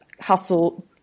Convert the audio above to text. hustle